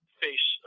face